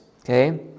Okay